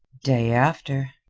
day after?